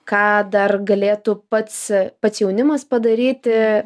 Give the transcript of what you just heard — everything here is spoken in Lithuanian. ką dar galėtų pats pats jaunimas padaryti